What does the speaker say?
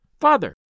father